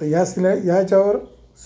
त ह्या सिले याच्यावर